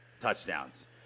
touchdowns